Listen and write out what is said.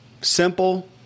simple